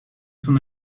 son